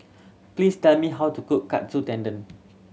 please tell me how to cook Katsu Tendon